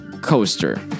coaster